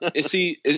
see